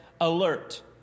alert